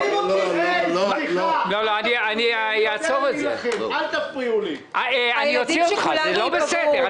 אני אוציא אותך, זה לא בסדר.